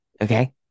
okay